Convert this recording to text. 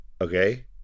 Okay